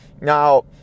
Now